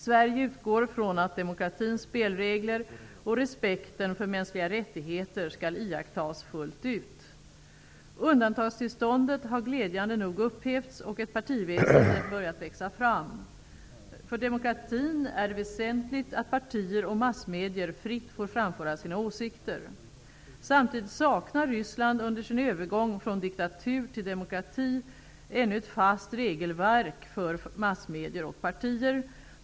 Sverige utgår från att demokratins spelregler och respekten för mänskliga rättigheter skall iakttas fullt ut. Undantagstillståndet har glädjande nog upphävts och ett partiväsen börjar växa fram. För demokratin är det viktigt att partier och massmedier fritt får framföra sina åsikter. Samtidigt saknar Ryssland under sin övergång från diktatur till demokrati ännu ett fast regelverk för massmedier och partier.